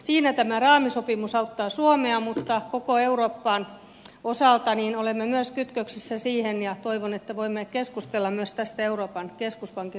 siinä tämä raamisopimus auttaa suomea mutta myös koko euroopan osalta olemme kytköksissä siihen ja toivon että voimme keskustella myös tästä euroopan keskuspankin roolista